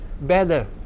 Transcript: better